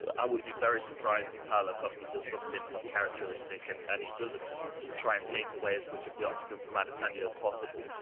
i would be very surprised if paulo costa did something uncharacteristic and and doesn't try and take away as much of the octagon from adesanya as possible.